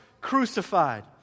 crucified